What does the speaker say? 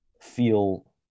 feel